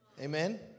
Amen